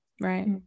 right